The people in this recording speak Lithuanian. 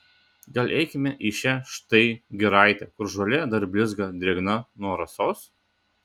gal eikime į šią štai giraitę kur žolė dar blizga drėgna nuo rasos